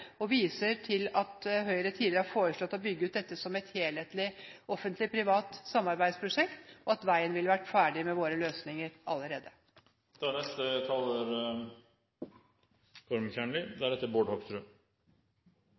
og viser til at Høyre tidligere har foreslått å bygge dette ut som et helhetlig offentlig–privat samarbeidsprosjekt, og at veien allerede ville vært ferdig med våre løsninger.